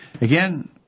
Again